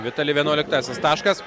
vitali vienuoliktasis taškas